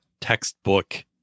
textbook